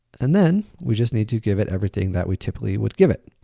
and then, we just need to give it everything that we typically would give it.